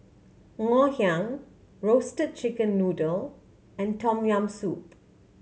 Ngoh Hiang Roasted Chicken Noodle and Tom Yam Soup